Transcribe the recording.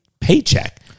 paycheck